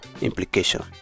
implication